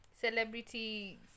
Celebrity